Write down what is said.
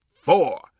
four